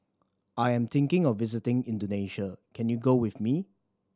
I am thinking of visiting Indonesia can you go with me